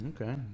Okay